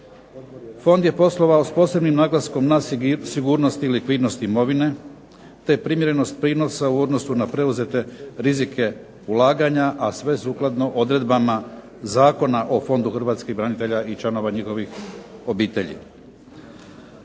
Fond je poslovao s posebnim naglaskom na sigurnost i likvidnost imovine, te primjerenost prinosa u odnosu na preuzete rizike ulaganja, a sve sukladno odredbama Zakona o Fondu hrvatskih branitelja iz Domovinskog rata i